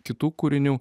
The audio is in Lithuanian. kitų kūrinių